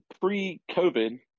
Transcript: pre-COVID